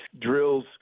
drills